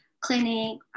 clinic